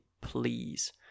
please